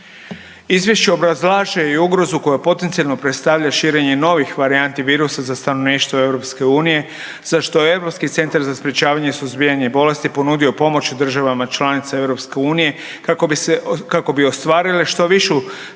Izvješće obrazlaže i ugrozu koja potencijalno predstavlja širenje novih varijanti virusa za stanovništvo EU za što Europski centar za sprječavanje i suzbijanje bolesti je ponudio pomoć državama članicama EU kako bi se, kako bi ostvarili što višu